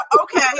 Okay